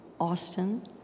Austin